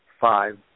Five